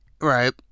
Right